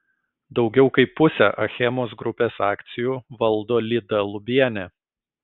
daugiau kaip pusę achemos grupės akcijų valdo lyda lubienė